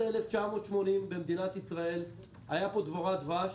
1980 במדינת ישראל היה פה דבורת דבש